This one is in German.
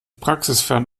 praxisfern